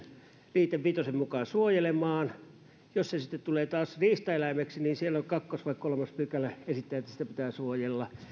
liite viiden mukaan suojelemaan jos se sitten tulee taas riistaeläimeksi niin siellä kaksi tai kolmas pykälä esittää että sitä pitää suojella